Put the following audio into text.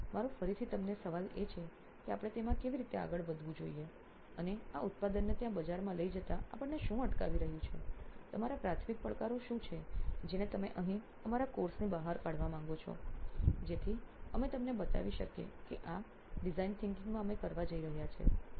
તો મારો ફરીથી તમને સવાલ એ છે કે આપણે તેમાં કેવી રીતે આગળ વધવું જોઈએ અને આ ઉત્પાદનને ત્યાં બજારમાં લઈ જતા આપણને શું અટકાવી રહ્યું છે તમારા પ્રાથમિક પડકારો શું છે જેને તમે અહીં અમારા કોર્સની બહાર કાઢવા માંગો છો જેથી અમે તેમને બતાવી શકીએ કે આ અમે ડિઝાઇન વિચારસરણી માં આ કરવા જઇ રહ્યા છીએ